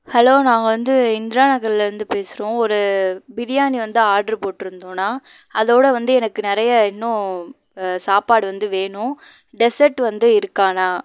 hello நாங்கள் வந்து இந்திரா நகர்லயிருந்து பேசுகிறோம் ஒரு பிரியாணி வந்து ஆர்ட்ரு போட்டுருந்தோண்ணா அதோடு வந்து எனக்கு நிறைய இன்னும் சாப்பாடு வந்து வேணும் டெசட் வந்து இருக்காண்ணா